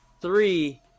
three